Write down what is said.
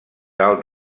dalt